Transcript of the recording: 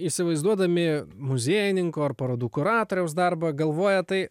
įsivaizduodami muziejininko ar parodų kuratoriaus darbą galvoja tai